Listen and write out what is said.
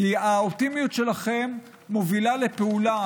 כי האופטימיות שלכם מובילה לפעולה,